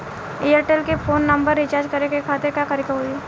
Airtel के phone number recharge करे के खातिर का करे के होई?